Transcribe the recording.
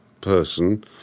person